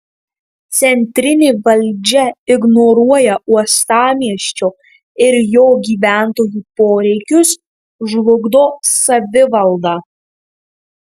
centrinė valdžia ignoruoja uostamiesčio ir jo gyventojų poreikius žlugdo savivaldą